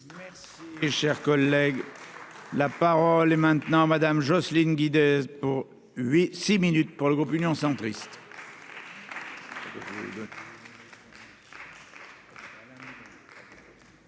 Et chers collègues. La parole est maintenant Madame Jocelyne Guidez pour lui six minutes pour le groupe Union centriste.